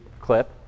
clip